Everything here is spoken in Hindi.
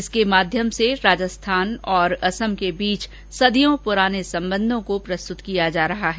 इसके माध्यम से राजस्थान और असम के बीच सदियों प्राने संबंधों को प्रस्तुत किया जा रहा है